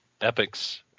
Epic's